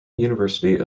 university